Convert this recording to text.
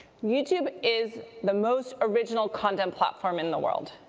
youtube is the most original content platform in the world,